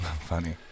Funny